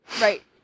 Right